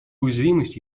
уязвимость